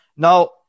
Now